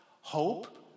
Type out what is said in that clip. Hope